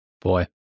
Boy